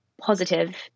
positive